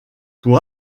pour